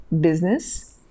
business